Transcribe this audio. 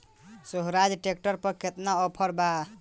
सोहराज tractor पर केतना offer बा?